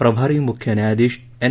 प्रभारी मुख्य न्यायाधीश एन